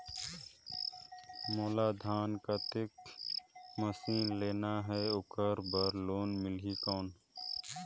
मोला धान कतेक मशीन लेना हे ओकर बार लोन मिलही कौन?